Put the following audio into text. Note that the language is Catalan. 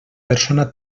persona